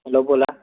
hello बोला